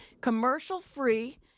commercial-free